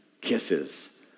kisses